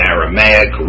Aramaic